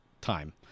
time